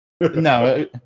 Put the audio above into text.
no